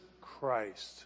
Christ